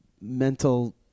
mental